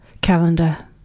calendar